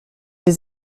les